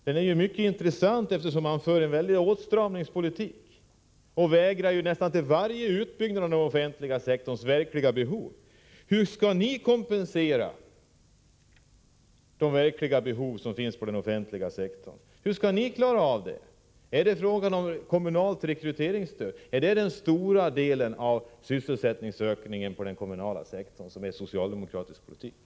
Den är mycket intressant, eftersom man för en väldig åstramningspolitik och motsätter sig varje utbyggnad av den offentliga sektorn till att motsvara de verkliga behoven. Hur skall ni tillgodose de verkliga behov som finns på den offentliga sektorn? Är det fråga om kommunalt rekryteringsstöd? Skall det enligt socialdemokratisk politik svara för den stora ökningen av sysselsättningen inom den kommunala sektorn?